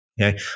okay